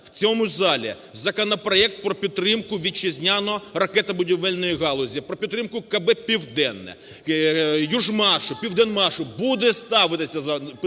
в цьому залі законопроекту про підтримку вітчизняної ракетобудівельної галузі, про підтримку КБ "Південне", "Южмашу", "Південмашу", буде ставитися завтра